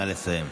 נא לסיים.